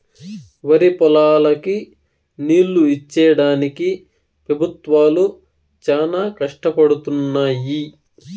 వరిపొలాలకి నీళ్ళు ఇచ్చేడానికి పెబుత్వాలు చానా కష్టపడుతున్నయ్యి